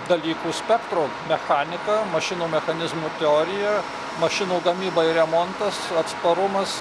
dalykų spektro mechanika mašinų mechanizmų teorija mašinų gamyba ir remontas atsparumas